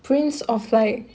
prince of like